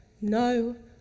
no